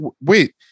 wait